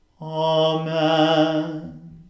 Amen